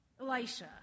Elisha